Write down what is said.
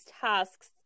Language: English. tasks